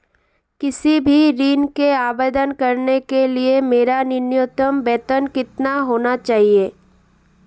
किसी भी ऋण के आवेदन करने के लिए मेरा न्यूनतम वेतन कितना होना चाहिए?